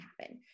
happen